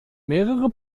mehrere